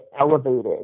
elevated